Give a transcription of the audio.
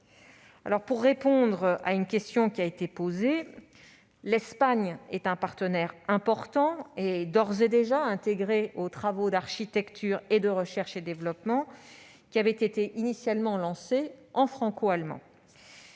Pour répondre à une question qui a été posée, l'Espagne est un partenaire important, d'ores et déjà intégré aux travaux d'architecture et de recherche et développement, qui avaient été initialement lancés dans un cadre franco-allemand.